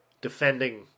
Defending